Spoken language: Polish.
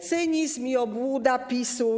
Cynizm i obłuda PiS-u.